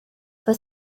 for